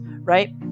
right